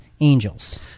angels